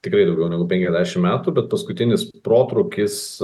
tikrai daugiau negu penkiasdešimt metų bet paskutinis protrūkis